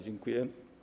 Dziękuję.